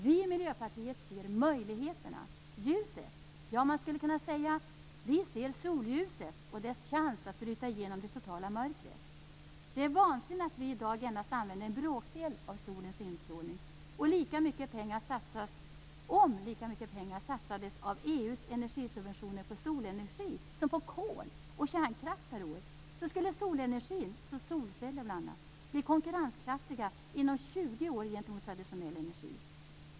Vi i Miljöpartiet ser möjligheterna - ljuset. Ja, man skulle kunna säga att vi ser solljuset och dess chans att bryta igenom det totala mörkret. Det är vansinne att vi i dag endast använder en bråkdel av solens instrålning. Om lika mycket pengar av EU:s energisubventioner satsades på solenergi som på kol och kärnkraft per år skulle solenergin bli konkurrenskraftig inom 20 år gentemot traditionell energi.